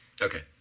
Okay